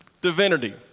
divinity